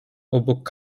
obok